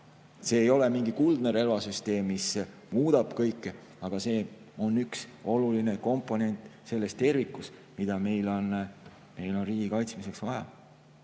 See ei ole mingi kuldne relvasüsteem, mis muudab kõike, aga see on üks oluline komponent selles tervikus, mida meil on riigi kaitsmiseks vaja.